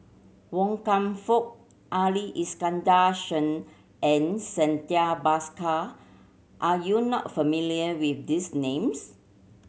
Wan Kam Fook Ali Iskandar Shah and Santha Bhaskar are you not familiar with these names